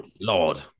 Lord